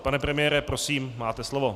Pane premiére, prosím, máte slovo.